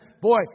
boy